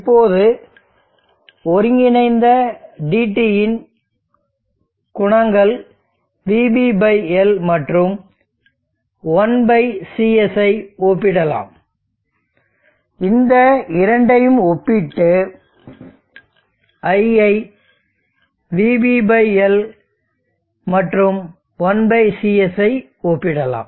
இப்போது ஒருங்கிணைந்த dt இன் குணகங்கள் vB L மற்றும் I CS ஐ ஒப்பிடலாம்